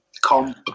comp